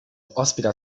ospita